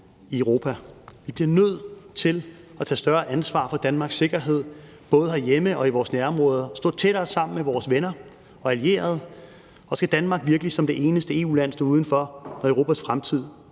i Europa. Vi bliver nødt til at tage større ansvar for Danmarks sikkerhed både herhjemme og i vores nærområder, stå tættere sammen med vores venner og allierede. Og skal Danmark virkelig som det eneste EU-land stå udenfor, når Europas fremtid